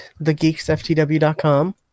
thegeeksftw.com